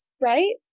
Right